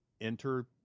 Enter